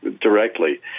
directly